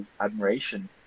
admiration